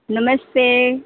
नमस्ते